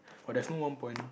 but there's no one point